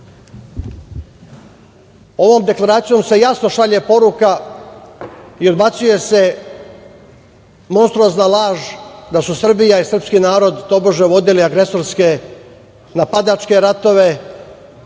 rata. Ovom Deklaracijom se jasno šalje poruka i odbacuje se monstruozna laž da su Srbija i srpski narod tobože vodili agresorske, napadačke ratove,